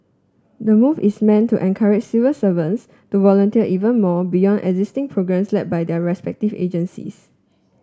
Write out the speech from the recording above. the move is meant to encourage civil servants to volunteer even more beyond existing programmes led by their respective agencies